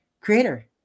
creator